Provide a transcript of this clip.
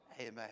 Amen